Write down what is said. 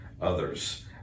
others